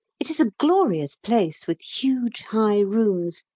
it is a glorious place, with huge high rooms,